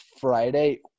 Friday